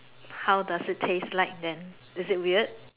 how does it taste like then is it weird